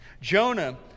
Jonah